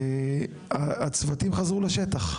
הצוותים חזרו לשטח?